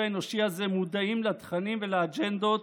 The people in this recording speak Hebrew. האנושי הזה מודעים לתכנים ולאג'נדות